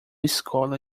escola